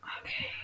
okay